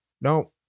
No